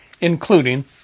including